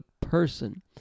person